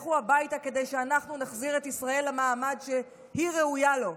לכו הביתה כדי שאנחנו נחזיר את ישראל למעמד שהיא ראויה לו,